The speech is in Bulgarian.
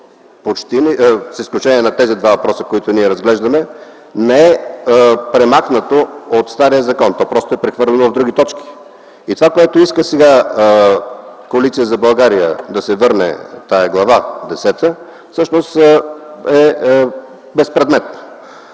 (с изключение на тези два въпроса, които разглеждаме) не е премахнато от стария закон. То е прехвърлено в други точки. Това, което иска сега Коалиция за България – да се върне Глава десета, всъщност е безпредметно.